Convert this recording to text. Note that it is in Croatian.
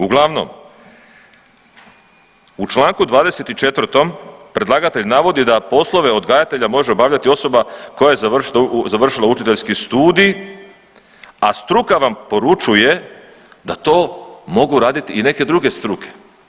Uglavnom u čl. 24. predlagatelj navodi da poslove odgajatelja može obavljati osoba koja je završila učiteljski studij, a struka vam poručuje da to mogu radit i neke druge struke.